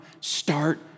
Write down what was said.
Start